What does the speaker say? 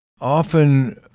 Often